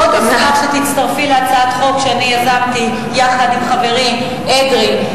אני אשמח מאוד אם תצטרפי להצעת חוק שאני יזמתי יחד עם חברי אדרי,